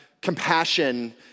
compassion